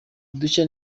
udushya